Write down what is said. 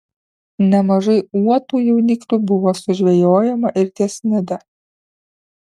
nemažai uotų jauniklių buvo sužvejojama ir ties nida